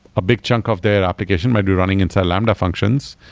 a big chunk of their application might be running inside lambda functions,